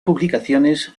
publicaciones